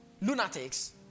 lunatics